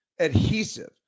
adhesive